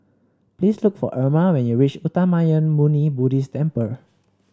please look for Irma when you reach Uttamayanmuni Buddhist Temple